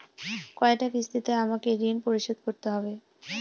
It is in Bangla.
কয়টা কিস্তিতে আমাকে ঋণ পরিশোধ করতে হবে?